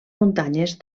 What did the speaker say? muntanyes